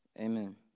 Amen